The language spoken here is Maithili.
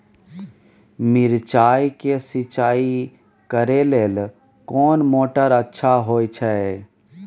मिर्चाय के सिंचाई करे लेल कोन मोटर अच्छा होय छै?